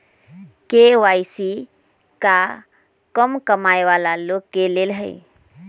KYC का कम कमाये वाला लोग के लेल है?